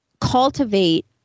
cultivate